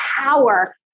power